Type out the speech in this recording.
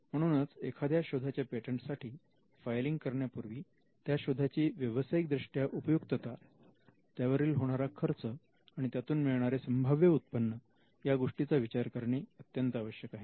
म्हणूनच एखाद्या शोधाच्या पेटंटसाठी फायलिंग करण्यापूर्वी त्या शोधाची व्यवसायिक दृष्ट्या उपयुक्तता त्यावरील होणारा खर्च आणि त्यातून मिळणारे संभाव्य उत्पन्न या गोष्टींचा विचार करणे अत्यंत आवश्यक आहे